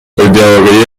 اداره